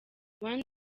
one